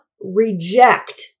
reject